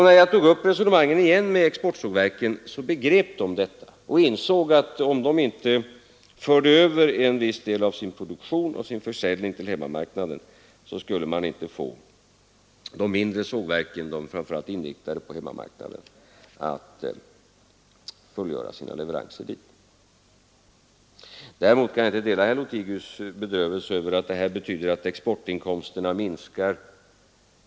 När jag tog upp resonemangen igen med exportsågverken så begrep de detta och insåg att om de inte förde över en viss del av sin produktion och sin försäljning till hemmamarknaden, skulle man inte få de mindre sågverken, som framför allt var inriktade på hemmamarknaden, att fullgöra sina leveranser dit. Däremot kan jag inte dela herr Lothigius” bedrövelse över att detta betyder att exportinkomsterna minskar.